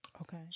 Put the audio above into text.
Okay